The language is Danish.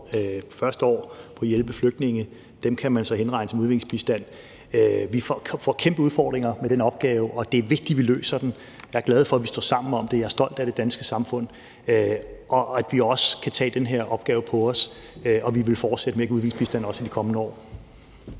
første år på at hjælpe flygtninge, kan man så henregne som udviklingsbistand. Vi får kæmpe udfordringer med den opgave, og det er vigtigt, at vi løser den. Jeg er glad for, at vi står sammen om det. Jeg er stolt af det danske samfund, og at vi også kan tage den her opgave på os, og vi vil fortsætte med at give udviklingsbistand, også i de kommende år.